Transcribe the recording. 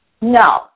No